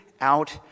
out